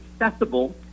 accessible